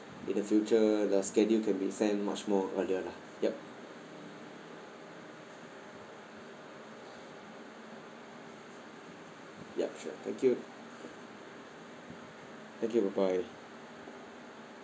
in the future the schedule can be sent much more earlier lah yup yup sure thank you thank you bye bye